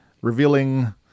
Revealing